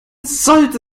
sollte